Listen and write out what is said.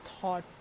thought